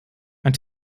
ein